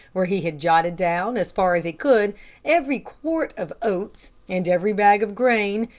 where he had jotted down, as far as he could, every quart of oats, and every bag of grain,